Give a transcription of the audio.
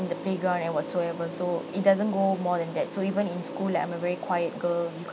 the playground and whatsoever so it doesn't go more than that so even in school like I'm a very quiet girl you